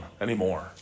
anymore